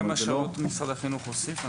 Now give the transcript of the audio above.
כמה שעות משרד החינוך הוסיף?